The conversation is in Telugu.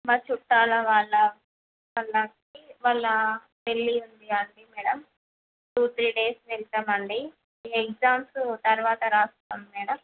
మా చుట్టాల వాళ్ళ వాళ్ళకి వాళ్ళ పెళ్ళి ఉంది అది మేడం టూ త్రి డేస్ వెళ్తామండి ఎగ్జామ్స్ తర్వాత రాస్తాం మేడం